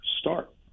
start